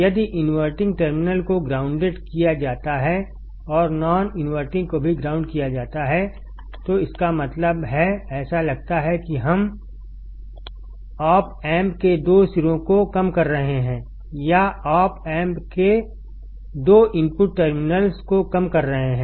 यदि inverting terminal को grounded किया जाता है औरनॉन इनवर्टिंग को भी ग्राउंड किया जाता है तो इसका मतलब है ऐसा लगता है कि हम ऑप एम्प के दो सिरों को कम कर रहे हैं या ऑप एम्प के दो इनपुट टर्मिनल्स को कम कर रहे हैं